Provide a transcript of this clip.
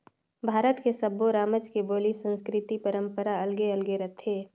भारत के सब्बो रामज के बोली, संस्कृति, परंपरा अलगे अलगे रथे